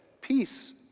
peace